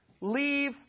leave